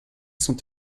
sont